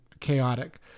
chaotic